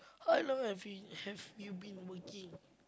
how long have you have you been working